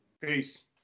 Peace